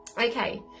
okay